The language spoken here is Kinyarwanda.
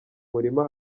murima